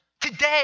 today